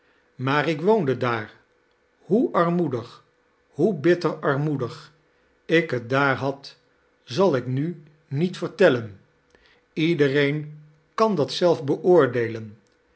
maar ik woonde daar hoe armoedig hoe bitter armoedig ik t daar had zal ik nu niet vertellen iedereen kan dat zelf beoordeelen